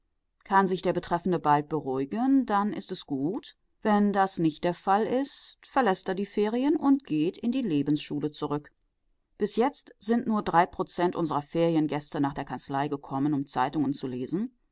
kann sich der betreffende bald beruhigen dann ist es gut wenn das nicht der fall ist verläßt er die ferien und geht in die lebensschule zurück bis jetzt sind nur drei prozent unserer feriengäste nach der kanzlei gekommen um zeitungen zu lesen